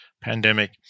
pandemic